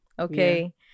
Okay